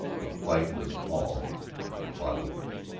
the fight was all to be fought over.